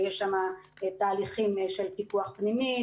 יש שם תהליכים של פיקוח פנימי,